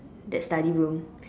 that study room